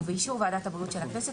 ובאישור ועדת הבריאות של הכנסת,